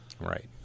Right